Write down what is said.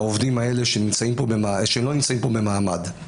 לעובדים האלה שהם לא נמצאים פה במעמד.